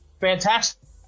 fantastic